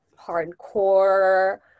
hardcore